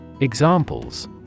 Examples